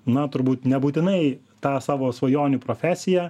na turbūt nebūtinai tą savo svajonių profesiją